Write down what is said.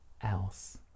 else